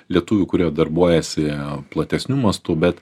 lietuvių kurie darbuojasi platesniu mastu bet